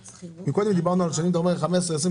קודם דיברנו על שנים ואתה אומר 15 שנים,